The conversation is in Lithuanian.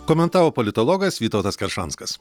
komentavo politologas vytautas keršanskas